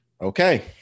Okay